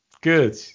Good